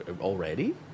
already